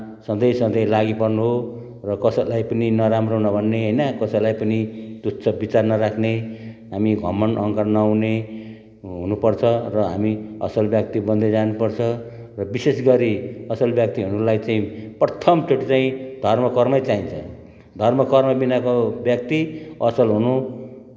सधैँ सधैँ लागि पर्नु हो र कसैलाई पनि नराम्रो नभन्ने होइन कसैलाई पनि तुच्छ विचार नराख्ने हामी घमन्ड अहङ्कार नहुने हुनुपर्छ र हामी असल व्यक्ति बन्दै जानुपर्छ र विशेष गरी असल व्यक्ति हुनुलाई चाहिँ प्रथमचोटि चाहिँ धर्म कर्मै चाहिन्छ धर्म कर्म बिनाको व्यक्ति असल हुनु